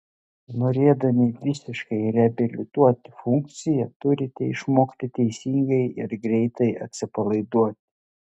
norėdami visiškai reabilituoti funkciją turite išmokti teisingai ir greitai atsipalaiduoti